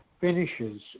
finishes